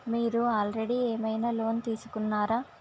మీరు ఆల్రెడీ ఏమైనా లోన్ తీసుకున్నారా?